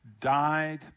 died